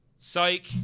Psych